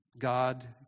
God